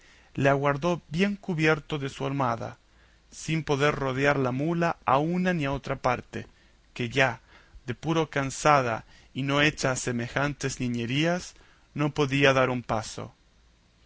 le aguardó bien cubierto de su almohada sin poder rodear la mula a una ni a otra parte que ya de puro cansada y no hecha a semejantes niñerías no podía dar un paso